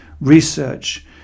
research